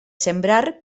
sembrar